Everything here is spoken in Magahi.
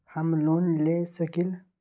हम लोन ले सकील?